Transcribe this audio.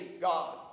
God